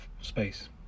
space